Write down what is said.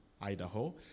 Idaho